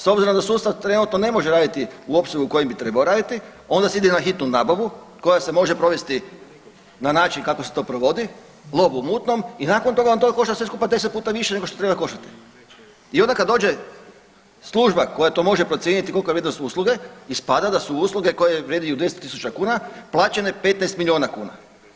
S obzirom da sustav trenutno ne može raditi u opsegu u kojem bi trebao raditi onda se ide na hitnu nabavu koja se može provesti na način kako se to provodi, lov u mutnom i nakon toga vam to košta sve skupa 10 puta više nego što treba koštati i onda kad dođe služba koja to može procijeniti kolika je vrijednost usluge ispada da su usluge koje vrijediju 10 tisuća kuna plaćene 15 miliona kuna.